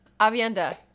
Avienda